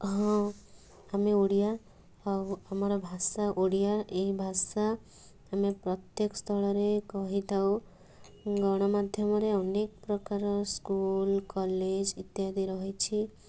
ହଁ ଆମେ ଓଡ଼ିଆ ଆଉ ଆମର ଭାଷା ଓଡ଼ିଆ ଏଇଭାଷା ଆମେ ପ୍ରତ୍ୟେକ ସ୍ଥଳରେ କହିଥାଉ ଗଣ ମାଧ୍ୟମରେ ଅନେକପ୍ରକାର ସ୍କୁଲ କଲେଜ ଇତ୍ୟାଦି ରହିଛି